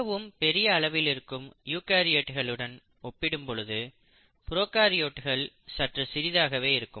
மிகவும் பெரிய அளவில் இருக்கும் யூகரியோட்ஸ்களுடன் ஒப்பிடும் பொழுது ப்ரோகாரியோட்கள் சற்று சிறிதாகவே இருக்கும்